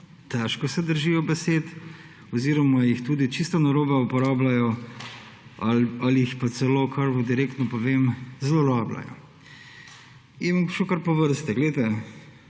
težko se držijo besed oziroma jih tudi čisto narobe uporabljajo ali jih pa celo kar, vam direktno povem, zlorabljajo. In bom šel kar po vrsti. Glejte